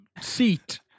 seat